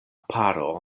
paro